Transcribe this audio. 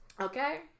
okay